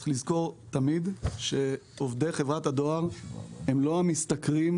צריך תמיד לזכור שעובדי חברת הדואר לא נמצאים